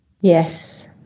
Yes